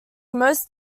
most